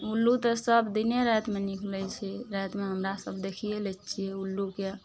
उल्लू तऽ सब दिने रातिमे निकलय छै रातिमे हमरा सब देखिये लै छियै उल्लूके